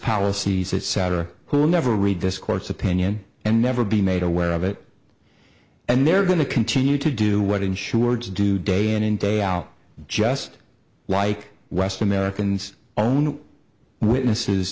policies etc who never read this court's opinion and never be made aware of it and they're going to continue to do what insureds do day in and day out just like west americans own witnesses